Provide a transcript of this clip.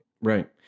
Right